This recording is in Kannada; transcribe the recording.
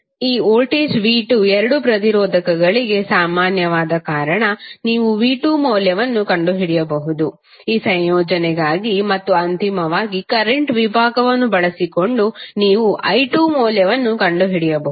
ಈ ವೋಲ್ಟೇಜ್ v2 ಎರಡೂ ಪ್ರತಿರೋಧಕಗಳಿಗೆ ಸಾಮಾನ್ಯವಾದ ಕಾರಣ ನೀವು v2 ಮೌಲ್ಯವನ್ನು ಕಂಡುಹಿಡಿಯಬಹುದು ಈ ಸಂಯೋಜನೆಗಾಗಿ ಮತ್ತು ಅಂತಿಮವಾಗಿ ಕರೆಂಟ್ ವಿಭಾಗವನ್ನು ಬಳಸಿಕೊಂಡು ನೀವು i2ಮೌಲ್ಯವನ್ನು ಕಂಡುಹಿಡಿಯಬಹುದು